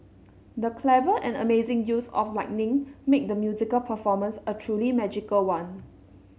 the clever and amazing use of lighting made the musical performance a truly magical one